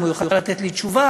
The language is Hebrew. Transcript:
אם הוא יוכל לתת לי תשובה,